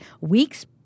weeks